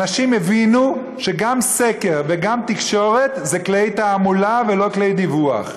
אנשים הבינו שגם סקר וגם תקשורת זה כלי תעמולה ולא כלי דיווח.